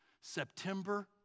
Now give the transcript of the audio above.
September